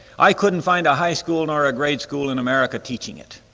i couldn't find a high school, nor a grade school in america teaching it.